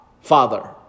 father